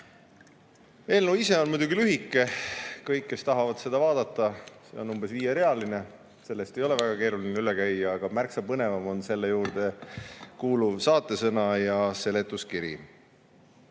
Eelnõu ise on muidugi lühike. Kõik, kes tahavad seda vaadata, see on umbes viierealine, sellest ei ole väga keeruline üle käia. Aga märksa põnevam on selle juurde kuuluv saatesõna ja seletuskiri. Meenutuseks.